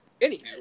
anyhow